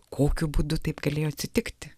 kokiu būdu taip galėjo atsitikti